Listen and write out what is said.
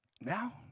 now